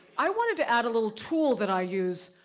i wanted to add a little tool that i use,